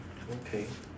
okay